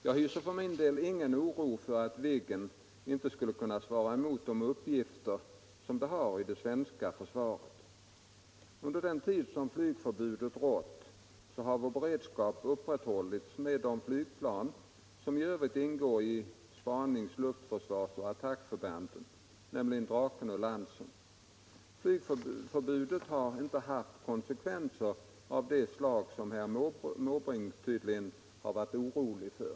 Jag hyser för min del ingen oro för att Viggen inte skulle kunna svara mot de uppgifter som den har i det svenska försvaret. Under den tid som flygförbud rått har vår beredskap upprätthållits med de flygplan som i övrigt ingår i spanings-, luftförsvarsoch attackförbanden, nämligen Draken och Lansen. Flygförbudet har inte haft konsekvenser av det slag som herr Måbrink tydligen varit orolig för.